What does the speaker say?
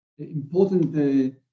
Important